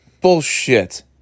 Bullshit